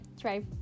Try